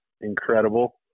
Incredible